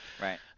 right